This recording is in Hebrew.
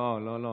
לא, לא.